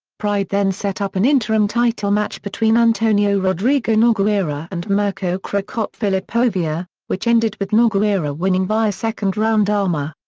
pride then set up an interim title match between antonio rodrigo nogueira and mirko crocop filipovic, which ended with nogueira winning via second round armbar.